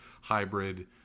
Hybrid